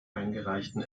eingereichten